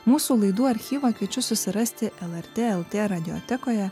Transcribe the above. mūsų laidų archyvą kviečiu susirasti lrt el tė radijotekoje